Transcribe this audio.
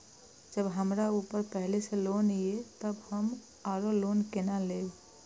जब हमरा ऊपर पहले से लोन ये तब हम आरो लोन केना लैब?